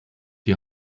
die